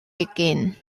begin